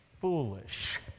foolish